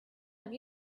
have